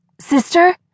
Sister